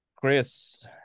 Chris